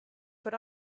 put